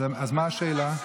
אז מה השאלה?